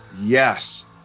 Yes